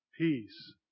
peace